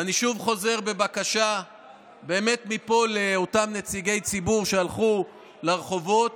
ואני חוזר כל הבקשה מפה לאותם נציגי ציבור שהלכו לרחובות: